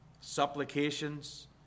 supplications